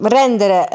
rendere